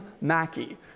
Mackey